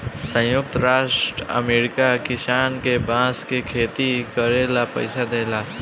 संयुक्त राज्य अमेरिका किसान के बांस के खेती करे ला पइसा देला